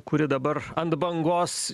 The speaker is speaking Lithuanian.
kuri dabar ant bangos